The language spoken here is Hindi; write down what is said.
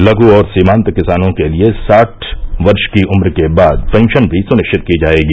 लघ् और सीमान्त किसानों के लिए साठ वर्ष की उम्र के बाद पेंशन भी सुनिश्चित की जाएगी